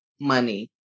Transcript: money